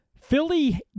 Philly